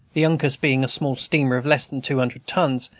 the uncas being a small steamer of less than two hundred tons,